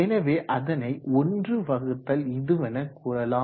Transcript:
எனவே அதனை ஒன்று வகுத்தல் இதுவென கூறலாம்